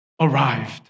arrived